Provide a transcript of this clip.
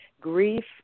grief